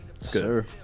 Sir